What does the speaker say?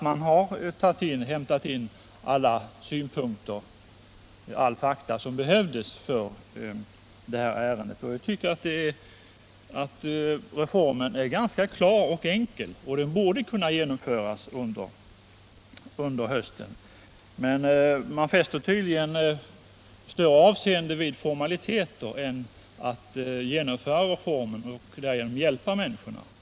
Man har alltså inhämtat alla fakta som behövdes i ärendet: Jag tycker att reformen är klar och enkel och borde kunna genomföras under hösten. Men socialministern fäster tydligen större avseende vid formaliteter än vid att få reformen genomförd och därigenom hjälpa människor.